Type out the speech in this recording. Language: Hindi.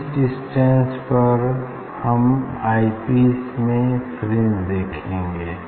इस डिस्टेंस पर हम आई पीस में फ्रिंज देखेंगे